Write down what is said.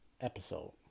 episode